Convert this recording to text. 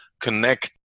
connect